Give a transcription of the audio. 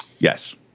Yes